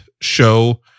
show